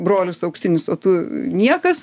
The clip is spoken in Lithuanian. brolis auksinis o tu niekas